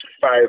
five